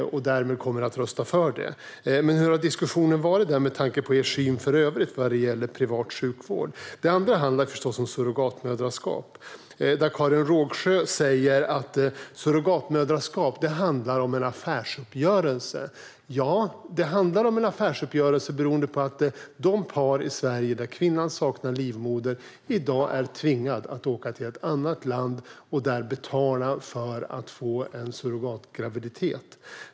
Därmed kommer ni att rösta för detta. Den första frågan gäller hur diskussionen har varit med tanke på er syn för övrigt när det gäller privat sjukvård. Den andra frågan handlar förstås om surrogatmoderskap. Karin Rågsjö säger att det handlar om en affärsuppgörelse. Ja, det gör det beroende på att de par i Sverige där kvinnan saknar livmoder i dag är tvingade att åka till ett annat land och där betala för en surrogatgraviditet.